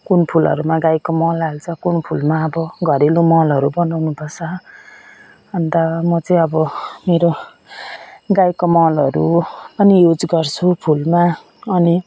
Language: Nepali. कुन फुलहरूमा गाईको मल हाल्छ कुन फुलमा अब घरेलु मलहरू बनाउनु पर्छ अन्त म चाहिँ अब मेरो गाईको मलहरू पनि युज गर्छु फुलमा अनि